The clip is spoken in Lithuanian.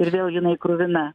ir vėl jinai kruvina